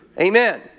Amen